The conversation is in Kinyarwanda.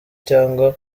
cyangwa